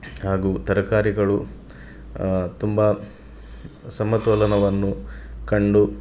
ಹಾಗೂ ತರಕಾರಿಗಳು ತುಂಬ ಸಮತೋಲವನ್ನು ಕಂಡು